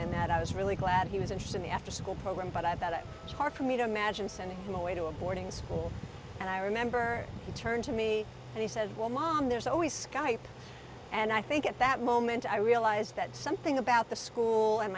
and that i was really glad he was interested me after school program but i thought it was hard for me to imagine sending him away to a boarding school and i remember he turned to me and he said well mom there's always skype and i think at that moment i realized that something about the school and